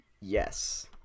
Yes